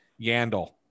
Yandel